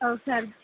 औ सार